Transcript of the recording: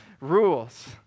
rules